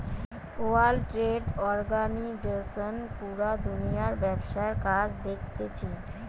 world trade organisation পুরা দুনিয়ার ব্যবসার কাজ দেখতিছে